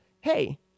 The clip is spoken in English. Hey